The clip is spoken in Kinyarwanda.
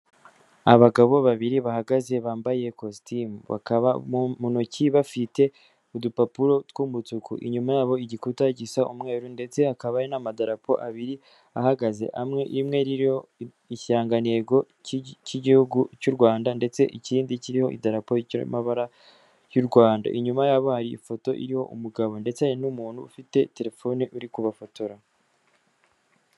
Abagabo babiri bahagaze bambaye ikositimu, bakaba mu ntoki bafite udupapuro tw'umutuku, inyuma yabo igikuta gisa umweru ndetse hakaba hari n'amadarapo abiri ahagaze, rimwe ririho ikigantego cy'igihugu cy'u Rwanda ndetse ikindi kiriho idarapo ry'amabara y'u Rwanda, inyuma yabo hari ifoto y'umugabo ndetse hari n'umuntu ufite telefone uri kubafotora.